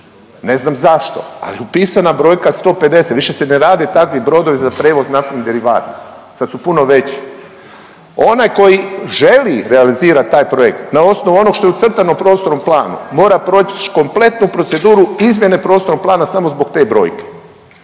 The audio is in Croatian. Ne znam zašto, ali je upisana brojka 150, više se ne rade takvi brodovi za prijevoz naftnih derivata, sad su puno veći. Onaj koji želi realizirati taj projekt na osnovu onog što je ucrtano u prostornom planu mora proći kompletnu proceduru izmjene prostornog plana samo zbog te brojke.